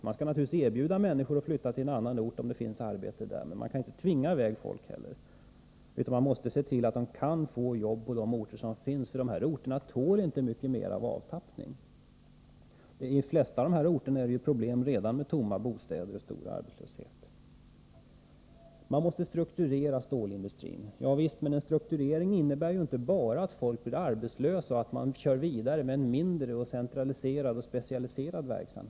Man skall naturligtvis erbjuda människor att flytta till en annan ort, om det finns arbete där, men man kan inte tvinga iväg folk, utan man måste se till att de som det gäller kan få jobb på de orter där de bor. Dessa orter tål nämligen inte mycket mer av avtappning. På de flesta av de här orterna finns det redan nu problem med tomma bostäder och stor arbetslöshet. Man måste strukturera stålindustrin. Ja visst, men en strukturering innebär ju inte bara att människor blir arbetslösa och att man kör vidare med en mindre, centraliserad och specialiserad verksamhet.